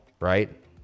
right